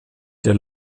der